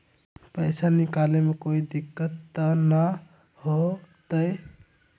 पैसा निकाले में कोई दिक्कत त न होतई?